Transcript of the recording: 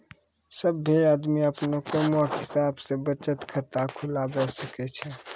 सभ्भे आदमी अपनो कामो के हिसाब से बचत खाता खुलबाबै सकै छै